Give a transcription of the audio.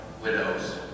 widows